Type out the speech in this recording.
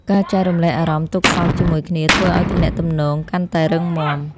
ការចែករំលែកអារម្មណ៍ទុក្ខសោកជាមួយគ្នាធ្វើឱ្យទំនាក់ទំនងកាន់តែរឹងមាំ។